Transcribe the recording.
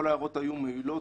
כל ההערות היו מועילות,